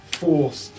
force